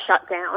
shutdown